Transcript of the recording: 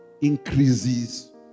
increases